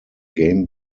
game